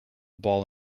ball